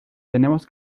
tenemos